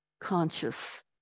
conscious